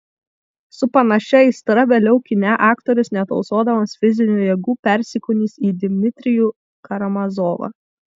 su panašia aistra vėliau kine aktorius netausodamas fizinių jėgų persikūnys į dmitrijų karamazovą